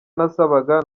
nasabaga